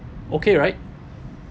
okay right